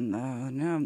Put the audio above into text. na ne